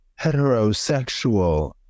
heterosexual